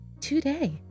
Today